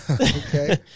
Okay